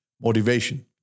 motivation